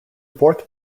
fourth